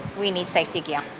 we need safety gear.